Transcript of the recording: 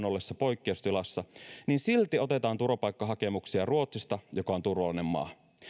ollessa poikkeustilassa niin silti otetaan turvapaikkahakemuksia ruotsista joka on turvallinen maa